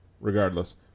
Regardless